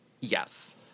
yes